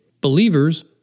Believers